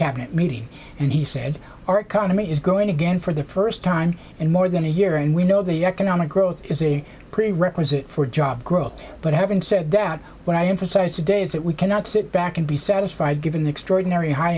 cabinet meeting and he said our economy is growing again for the first time in more than a year and we know that the economic growth is a prerequisite for job growth but having said that what i emphasized today is that we cannot sit back and be satisfied given the extraordinary high